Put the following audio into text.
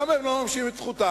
למה הם לא מממשים את זכותם?